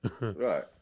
right